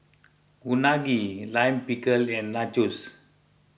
Unagi Lime Pickle and Nachos